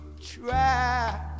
try